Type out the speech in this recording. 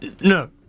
No